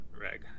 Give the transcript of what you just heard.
reg